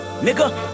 Nigga